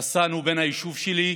רסאן הוא בן היישוב שלי.